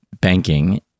banking